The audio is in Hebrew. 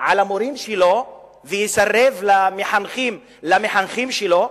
על המורים שלו ויסרב למחנכים שלו?